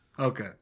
Okay